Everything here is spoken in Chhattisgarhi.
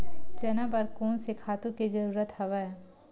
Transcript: चना बर कोन से खातु के जरूरत हवय?